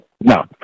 no